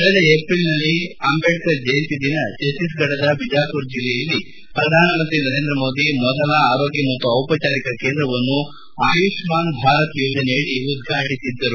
ಕಳೆದ ಏಪ್ರಿಲ್ನಲ್ಲಿ ಅಂಬೇಡ್ಕರ್ ಜಯಂತಿ ದಿನ ಛತ್ತೀಸ್ಗಢದ ಬಿಜಾಪುರ್ ಜಿಲ್ಲೆಯಲ್ಲಿ ಪ್ರಧಾನಮಂತ್ರಿ ನರೇಂದ್ರ ಮೋದಿ ಮೊದಲ ಆರೋಗ್ಯ ಮತ್ತು ದಿಪಚಾರಿಕ ಕೇಂದ್ರವನ್ನು ಆಯುಷ್ಮಾನ್ ಭಾರತ್ ಯೋಜನೆಯಡಿ ಉದ್ಘಾಟಿಸಿದ್ದರು